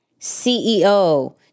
CEO